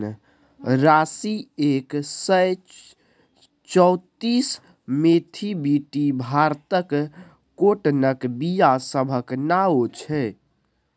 राशी एक सय चौंतीस, मोथीबीटी भारतक काँटनक बीया सभक नाओ छै